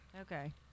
Okay